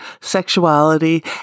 sexuality